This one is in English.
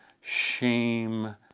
shame